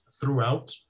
throughout